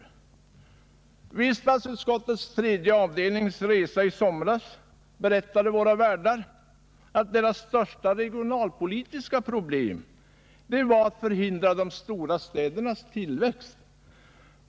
Vid den resa som vi inom statsutskottets tredje avdelning i somras gjorde i Sovjet berättade våra värdar att deras största regionalpolitiska problem var att förhindra de stora städernas tillväxt.